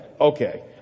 Okay